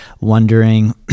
wondering